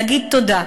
להגיד תודה.